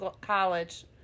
college